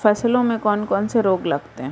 फसलों में कौन कौन से रोग लगते हैं?